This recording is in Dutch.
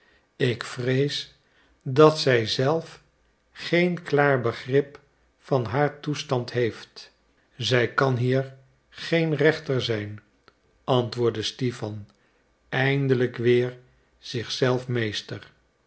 ik vrees dat zij zelf geen klaar begrip van haar toestand heeft zij kan hier geen rechter zijn antwoordde stipan eindelijk weer zich zelf meester